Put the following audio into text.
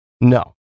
No